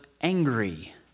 angry